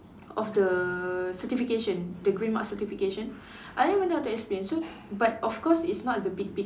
of the certification the green mark certification I don't even know how to explain so but of course it's not the big big